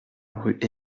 rue